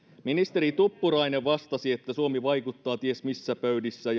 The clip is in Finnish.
ministeri tuppurainen vastasi että suomi vaikuttaa ties missä pöydissä